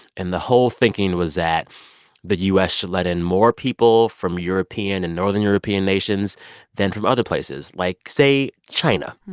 and the whole thinking was that the u s. should let in more people from european and northern european nations than from other places like, say, china.